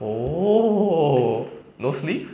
oh no sleep